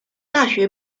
大学